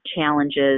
challenges